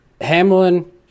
Hamlin